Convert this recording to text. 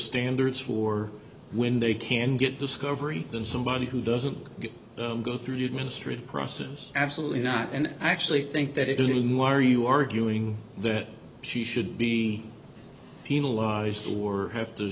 standards for when they can get discovery than somebody who doesn't get go through the administrative process absolutely not and actually think that it isn't why are you arguing that she should be penalized or have to